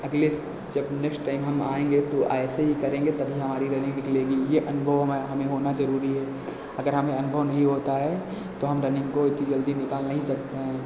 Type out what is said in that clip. अगले जब next time हम आएँगे तो ऐसे ही करेंगे तभी हमारी रनिंग निकलेगी यह अनुभव हमें ह होना जरूरी है अगर हमें अनुभव नहीं होता है तो हम रनिंग को इतनी जल्दी निकाल नहीं सकते हैं